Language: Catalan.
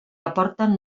aporten